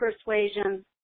persuasion